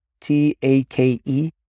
t-a-k-e